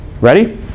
Ready